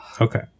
Okay